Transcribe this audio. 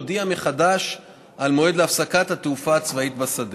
יודיע מחדש על מועד להפסקת התעופה הצבאית בשדה.